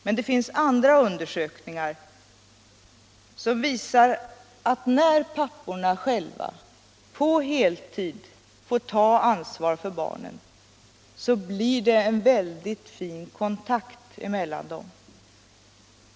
Men det finns undersökningar som visar att när papporna själva på heltid får ta ansvar för barnen, så blir det en väldigt fin kontakt emellan dem.